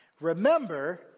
Remember